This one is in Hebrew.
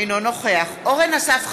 אינו נוכח אורן אסף חזן,